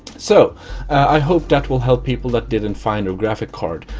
so i hope that will help people that didn't find a graphic card.